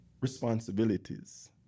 responsibilities